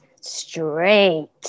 straight